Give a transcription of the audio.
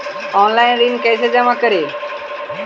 Online ऋण कैसे जमा करी?